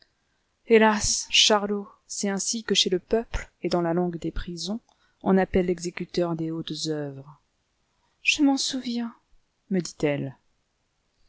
hélas charlot c'est ainsi que chez le peuple et dans la langue des prisons on appelle l'exécuteur des hautes oeuvres je m'en souviens me dit-elle